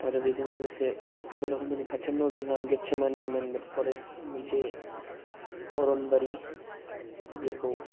आरो बेजों लोगोसे भैरबखन्द'नि खाथियावनों दं जोंहा गेटसेमाने मेन मेद फरेष्ट मोनसे अर'नबारि जेखौ